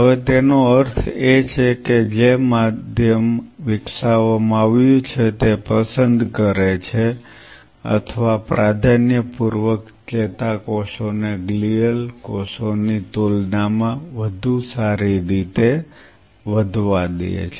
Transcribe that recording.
હવે તેનો અર્થ એ છે કે જે માધ્યમ વિકસાવવામાં આવ્યું છે તે પસંદ કરે છે અથવા પ્રાધાન્યપૂર્વક ચેતાકોષોને ગ્લિઅલ કોષોની તુલનામાં વધુ સારી રીતે વધવા દે છે